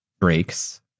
breaks